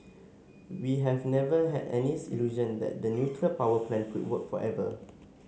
we have never had any illusion that the nuclear power plant could work forever